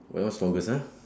that one strongest ah